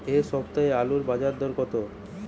এ সপ্তাহে আলুর বাজার দর কত?